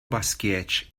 basquete